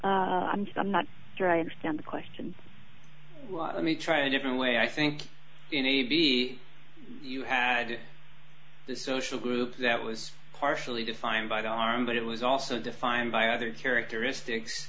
opposite i'm not sure i understand the question let me try a different way i think in a b you had the social group that was partially defined by the arm but it was also defined by other characteristics